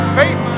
faith